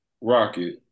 Rocket